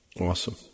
Awesome